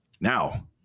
Now